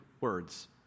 words